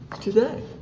today